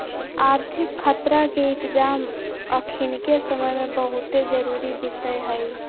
आर्थिक खतरा के इतजाम अखनीके समय में बहुते जरूरी विषय हइ